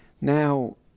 Now